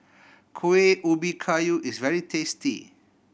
Kueh Ubi Kayu is very tasty